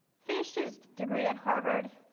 finished his degree at harvard.